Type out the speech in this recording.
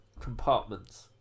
compartments